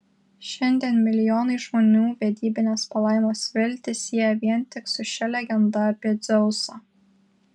šiandien milijonai žmonių vedybinės palaimos viltį sieja vien tik su šia legenda apie dzeusą